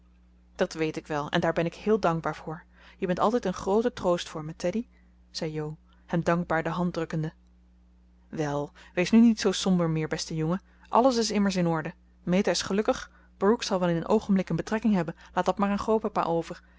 dat weet ik wel en daar ben ik heel dankbaar voor je bent altijd een groote troost voor me teddy zei jo hem dankbaar de hand drukkende wel wees nu niet zoo somber meer beste jongen alles is immers in orde meta is gelukkig brooke zal wel in een oogenblik een betrekking hebben laat dat maar aan grootpapa over